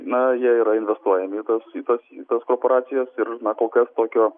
na jie yra investuojami į tas į tas į tas korporacijas ir kol kas tokio